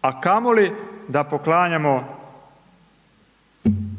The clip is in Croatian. a kamoli da poklanjamo